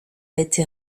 été